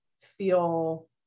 feel